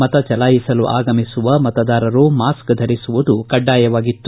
ಮತ ಚಲಾಯಿಸಲು ಆಗಮಿಸುವ ಮತದಾರರು ಮಾಸ್ಕ್ ಧರಿಸುವುದು ಕಡ್ಡಾಯವಾಗಿತ್ತು